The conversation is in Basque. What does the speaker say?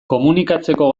komunikatzeko